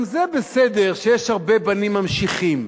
גם זה בסדר, שיש הרבה בנים ממשיכים,